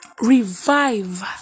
revive